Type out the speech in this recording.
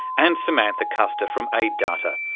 and samantha custer from aiddata,